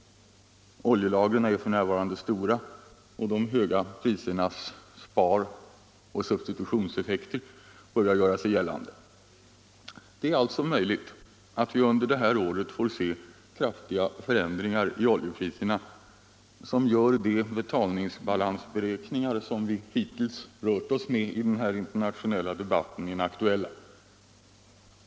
Oljelagren är f. n. stora, och de höga prisernas sparoch substitutionseffekter börjar göra sig gällande. Det är alltså möjligt att vi under detta år får se kraftiga förändringar i oljepriserna, som gör de betalningsbalansberäkningar vi hittills rört oss med i den här internationella debatten inaktuella.